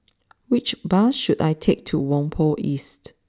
which bus should I take to Whampoa East